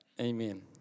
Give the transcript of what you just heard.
Amen